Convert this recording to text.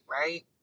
Right